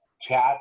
chat